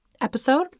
episode